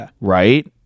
right –